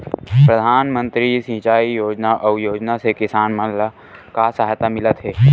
प्रधान मंतरी कृषि सिंचाई योजना अउ योजना से किसान मन ला का सहायता मिलत हे?